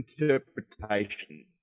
interpretation